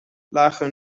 lagen